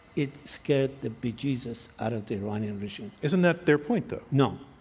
it scared the bejesus out of the iranian regime. isn't that their point, though? no.